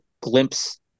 glimpse